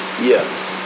Yes